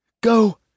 Go